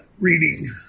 reading